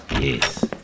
yes